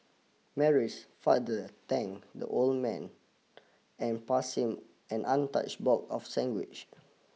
Mary's father thank the old man and passed him an untouched box of sandwiches